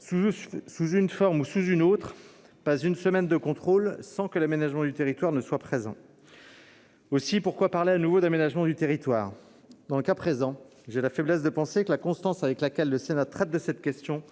Sous une forme ou une autre, il ne se passe pas une semaine de contrôle passée sans que l'aménagement du territoire figure à l'ordre du jour. Aussi, pourquoi parler de nouveau d'aménagement du territoire ? Dans le cas présent, j'ai la faiblesse de penser que la constance avec laquelle le Sénat traite de cette question